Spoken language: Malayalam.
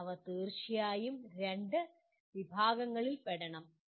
എന്നാൽ അവർ തീർച്ചയായും ഈ രണ്ട് വിഭാഗങ്ങളിൽ പെടണം